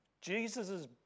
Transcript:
Jesus